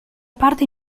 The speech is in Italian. parte